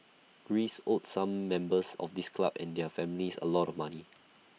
Greece owed some members of this club and their families A lot of money